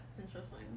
Interesting